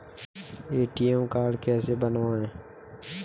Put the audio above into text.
ATM card कैसे बनवाएँ?